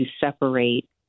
separate